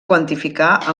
quantificar